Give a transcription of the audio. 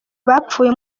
bapfuye